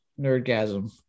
nerdgasm